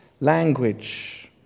language